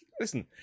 listen